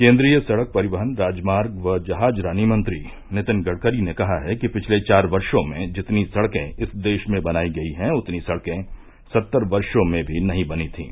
केन्द्रीय सड़क परिवहन राजमार्ग व जहाजरानी मंत्री नितिन गड़करी ने कहा है कि पिछले चार वर्षो में जितनी सड़कें इस देश में बनायी गयी हैं उतनी सड़कें सत्तर वर्षो में भी नही बनी थीं